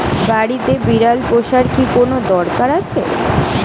বাড়িতে বিড়াল পোষার কি কোন দরকার আছে?